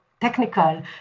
technical